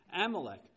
Amalek